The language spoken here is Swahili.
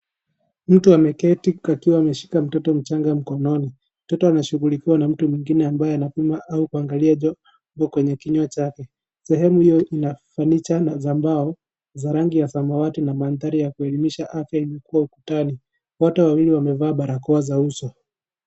Mtu ameketi akiwa ameshika mtoto mchanga mkononi. Mtoto anashughulia na mtu mwingine ambaye anapima au kuangalia joto kwenye kinywa chake. Sehemu hiyo ina furniture za mbao, za rangi ya samawati na maandhari ya kuelimisha afya imeekwa ukutani. Watu wawili wamwvaa barakoa za uso.